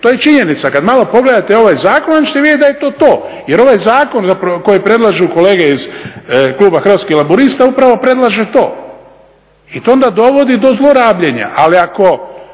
To je činjenica. Kad malo pogledate ovaj zakon onda ćete vidjeti da je to to. Jer ovaj zakon koji predlažu kolege iz kluba Hrvatskih laburista upravo predlaže to. I to onda dovodi do zlorabljenja, ali ako